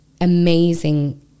amazing